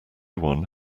one